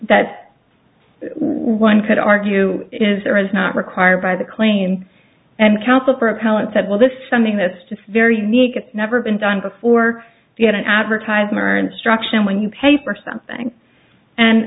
that one could argue is or is not required by the claim and counsel for appellant said well this is something that's just very unique it's never been done before you get an advertisement or an instruction when you pay for something and